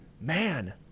man